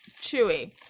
chewy